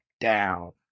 down